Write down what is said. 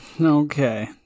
Okay